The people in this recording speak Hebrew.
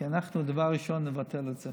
כי דבר ראשון אנחנו נבטל את זה